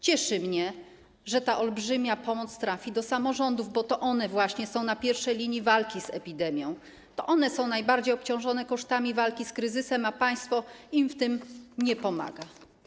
Cieszy mnie, że ta olbrzymia pomoc trafi do samorządów, bo to one właśnie są na pierwszej linii walki z epidemią, to one są najbardziej obciążone kosztami walki z kryzysem, a państwo im w tym nie pomaga.